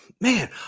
man